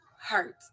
hurt